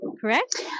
correct